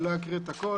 אני לא אקריא את הכול.